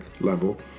level